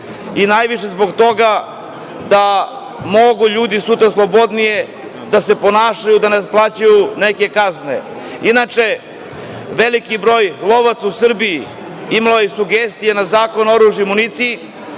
i najviše zbog toga da mogu ljudi sutra slobodnije da se ponašaju i da ne plaćaju neke kazne. Inače, veliki broj lovaca u Srbiji, imalo je sugestije na Zakon o oružju i municiji,